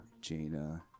Jaina